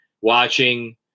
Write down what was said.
watching